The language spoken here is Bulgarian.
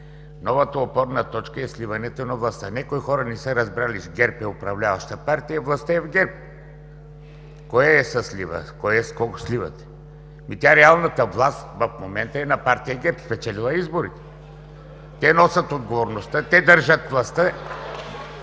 Новата опорна точка е сливането на властта. Някои хора не са разбрали, че ГЕРБ е управляваща партия и властта е в ГЕРБ. Кое с кого сливате?! Реалната власт в момента е на партия ГЕРБ, спечелила е изборите. Те носят отговорността, те държат властта.